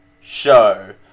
show